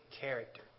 character